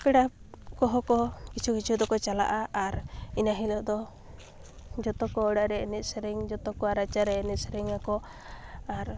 ᱯᱮᱲᱟ ᱠᱚᱦᱚᱸ ᱠᱚ ᱠᱤᱪᱷᱩ ᱠᱤᱪᱷᱩᱫᱚ ᱠᱚ ᱪᱟᱞᱟᱜᱼᱟ ᱟᱨ ᱤᱱᱟᱹ ᱦᱤᱞᱟᱹᱜᱫᱚ ᱡᱚᱛᱚᱠᱚ ᱚᱲᱟᱜᱨᱮ ᱮᱱᱮᱡ ᱥᱮᱨᱮᱧ ᱡᱚᱛᱚ ᱠᱚᱣᱟᱜ ᱨᱟᱪᱟᱨᱮ ᱮᱱᱮᱡ ᱥᱮᱨᱮᱧᱟᱠᱚ ᱟᱨ